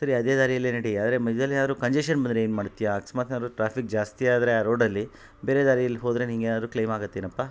ಸರಿ ಅದೇ ದಾರಿಯಲ್ಲೆ ನಡಿ ಆದರೆ ಮಧ್ಯದಲ್ ಏನಾದರು ಕಂಜೆಷನ್ ಬಂದರೆ ಏನುಮಾಡ್ತೀಯಾ ಅಕಸ್ಮಾತ್ ಏನಾದರು ಟ್ರಾಫಿಕ್ ಜಾಸ್ತಿ ಆದರೆ ಆ ರೋಡಲ್ಲಿ ಬೇರೆ ದಾರಿಯಲ್ಲಿ ಹೋದರೆ ನಿಂಗೇನಾದರು ಕ್ಲೈಮ್ ಆಗುತ್ತೇನಪ್ಪ